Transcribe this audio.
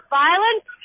violence